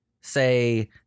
say